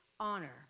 honor